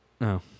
no